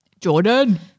Jordan